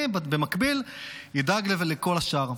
אתם תדאגו להילחם ביהודים ואני במקביל אדאג לכל השאר.